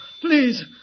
Please